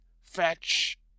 Fetch